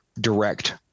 direct